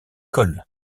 coll